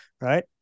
right